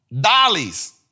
Dollies